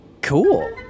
cool